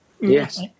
Yes